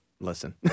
listen